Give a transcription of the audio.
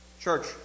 Church